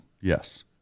Yes